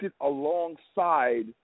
alongside